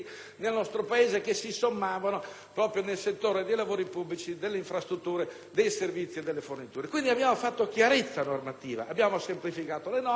proprio nel settore dei lavori pubblici, delle infrastrutture, dei servizi e delle forniture. Quindi, abbiamo fatto chiarezza normativa, semplificando le norme, e ci accingiamo a